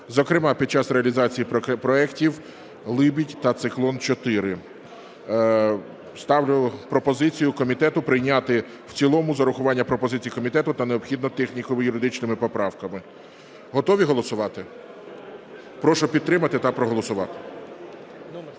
зокрема під час реалізації проектів "Либідь" та "Циклон-4". Ставлю пропозицію комітету прийняти в цілому з урахуванням пропозицій комітету та необхідними техніко-юридичними поправками. Готові голосувати? Прошу підтримати та проголосувати.